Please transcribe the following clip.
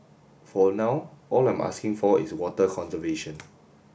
for now all I'm asking for is water conservation